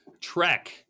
Trek